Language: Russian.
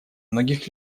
многих